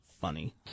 funny